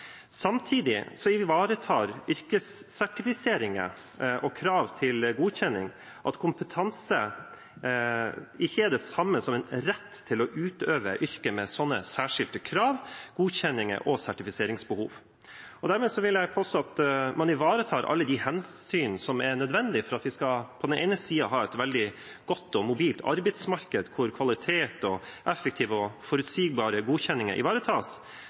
Samtidig ivaretar yrkessertifisering og krav til godkjenning at kompetanse ikke er det samme som en rett til å utøve yrket med slike særskilte krav, godkjenninger og sertifiseringsbehov. Dermed vil jeg påstå at man ivaretar alle de hensyn som er nødvendig for at vi på den ene siden skal ha et veldig godt og mobilt arbeidsmarked, hvor kvalitet og effektive og forutsigbare godkjenninger ivaretas,